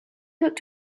looked